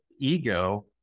ego